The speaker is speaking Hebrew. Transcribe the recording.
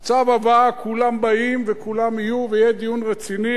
עם צו הבאה כולם באים וכולם יהיו ויהיה דיון רציני.